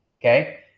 okay